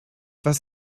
was